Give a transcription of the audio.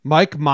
Mike